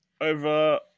over